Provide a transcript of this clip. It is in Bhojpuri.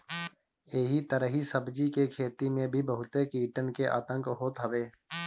एही तरही सब्जी के खेती में भी बहुते कीटन के आतंक होत हवे